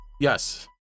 Yes